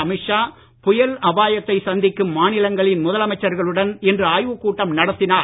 அமித்ஷா புயல் அபாயத்தை சந்திக்கும் மாநிலங்களின் முதலமைச்சர்களுடன் இன்று ஆய்வுக் கூட்டம் நடத்தினார்